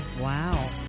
Wow